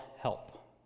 help